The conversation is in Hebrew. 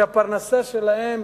שהפרנסה שלהם